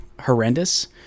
horrendous